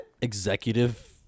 Executive